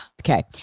Okay